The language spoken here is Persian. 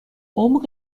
عمق